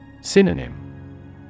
Synonym